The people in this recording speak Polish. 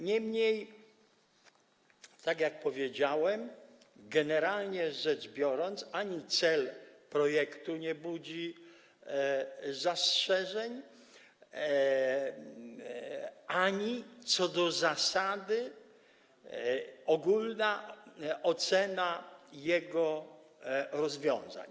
Niemniej tak jak powiedziałem, generalnie rzecz biorąc, ani cel projektu nie budzi zastrzeżeń, ani co do zasady ogólna ocena jego rozwiązań.